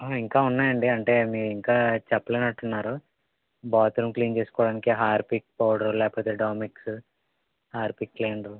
ఇంకా ఉన్నాయండి అంటే మీ ఇంకా చెప్పలేనట్టు ఉన్నారు బాత్రూమ్ క్లీన్ చేసుకోడానికి హార్పిక్ పౌడరు లేకపోతే డోమెక్స్ హార్పిక్ క్లీనరు